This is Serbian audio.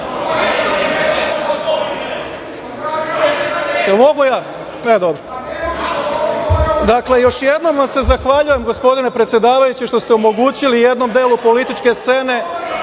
Mogu li ja? Dakle, još jednom vam se zahvaljujem, gospodine predsedavajući, što ste omogućili jednom delu političke scene